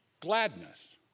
gladness